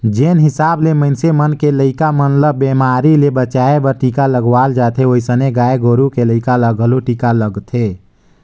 जेन हिसाब ले मनइसे मन के लइका मन ल बेमारी ले बचाय बर टीका लगवाल जाथे ओइसने गाय गोरु के लइका ल घलो टीका लगथे